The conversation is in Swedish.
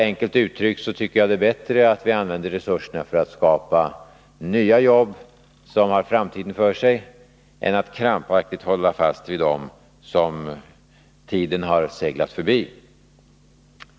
Enkelt uttryckt tycker jag det är bättre att vi använder resurserna för att skapa nya jobb, som har framtiden för sig, än att vi krampaktigt håller fast vid dem som tiden har seglat förbi.